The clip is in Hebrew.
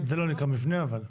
זה לא נקרא מבנה אבל.